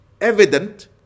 evident